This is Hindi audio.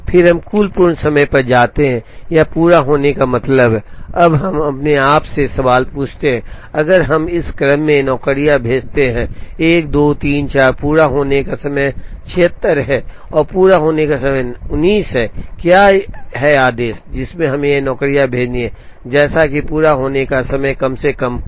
फिर हम कुल पूर्ण समय पर जाते हैं या पूरा होने का मतलब है अब हम अपने आप से सवाल पूछते हैं अगर हम इस क्रम में नौकरियां भेजते हैं 1 2 3 4 पूरा होने का समय 76 है और पूरा होने का समय 19 है क्या है आदेश जिसमें हमें ये नौकरियां भेजनी हैं जैसे कि पूरा होने का समय कम से कम हो